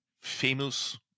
famous